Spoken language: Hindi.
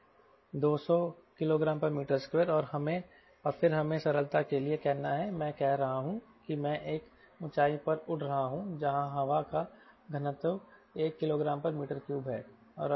200 kgm2 और फिर हमें सरलता के लिए कहना है मैं कह रहा हूं कि मैं एक ऊंचाई पर उड़ रहा हूं जहां हवा का घनत्व 1 kgm3 है